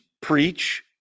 preach